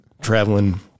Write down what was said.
traveling